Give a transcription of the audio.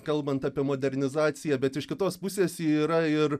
kalbant apie modernizaciją bet iš kitos pusės ji yra ir